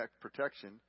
protection